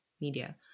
media